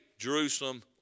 Jerusalem